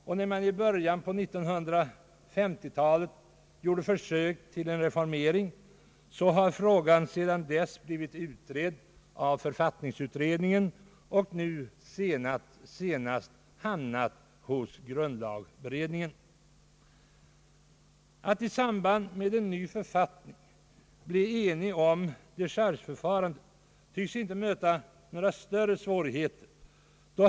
I början på 1950-talet gjordes försök till en reformering, och frågan har sedan dess blivit utredd av författningsutredning en, varefter den nu senast hamnat hos grundlagberedningen. Att i samband med en ny författning bli ense om dechargeförfarandet tycks inte möta några större svårigheter.